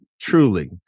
truly